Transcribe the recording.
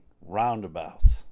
roundabouts